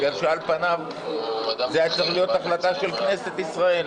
בגלל שעל פניו זה היה צריך להיות החלטה של כנסת ישראל,